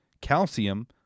calcium